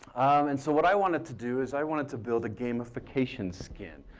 and so what i wanted to do is i wanted to build a gamification skin.